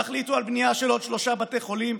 תחליטו על בנייה של עוד שלושה בתי חולים,